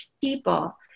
people